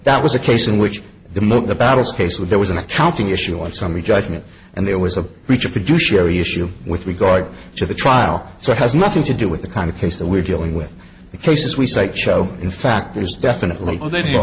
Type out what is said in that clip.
that was a case in which the move the battles case was there was an accounting issue and summary judgment and there was a breach of producer sherry issue with regard to the trial so it has nothing to do with the kind of case that we're dealing with the cases we cite show in fact there's definitely more than you